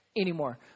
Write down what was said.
Anymore